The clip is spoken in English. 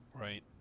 Right